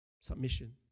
submission